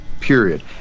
period